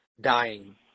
dying